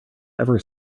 ever